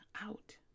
out